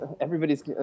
everybody's